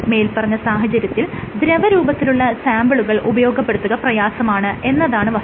മേല്പറഞ്ഞ സാഹചര്യത്തിൽ ദ്രവരൂപത്തിലുള്ള സാംപിളുകൾ ഉപയോഗപ്പെടുത്തുക പ്രയാസമാണ് എന്നതാണ് വസ്തുത